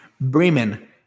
Bremen